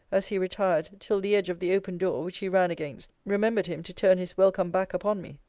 as he retired, till the edge of the opened door, which he ran against, remembered him to turn his welcome back upon me.